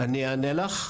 אני אענה לך,